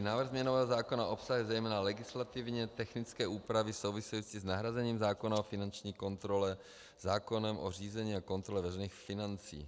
Návrh změnového zákona obsahuje zejména legislativně technické úpravy související s nahrazením zákona o finanční kontrole zákonem o řízení a kontrole veřejných financí.